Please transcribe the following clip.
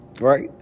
right